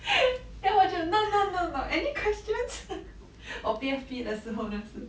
then 我就 no no no no any questions 我 P_F_P 的时候那时